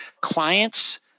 clients